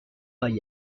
آیم